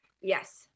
Yes